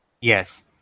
Yes